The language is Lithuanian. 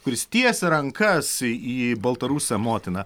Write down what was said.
kuris tiesia rankas į į baltarusią motiną